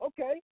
okay